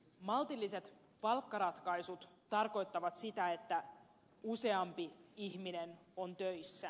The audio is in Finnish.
maltilliset palkkaratkaisut tarkoittavat sitä että useampi ihminen on töissä